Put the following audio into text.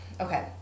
okay